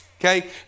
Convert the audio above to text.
okay